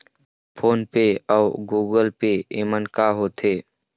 Phone पे अउ Google पे येमन का होते?